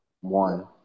one